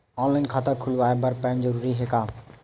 Online खाता खुलवाय बर पैन जरूरी हे का?